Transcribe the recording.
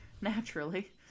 Naturally